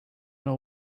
know